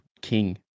king